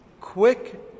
quick